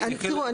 תראו,